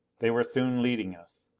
they were soon leading us.